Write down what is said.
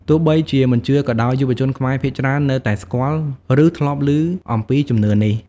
ទោះបីជាមិនជឿក៏ដោយ យុវជនខ្មែរភាគច្រើននៅតែស្គាល់ ឬធ្លាប់លឺអំពីជំនឿនេះ។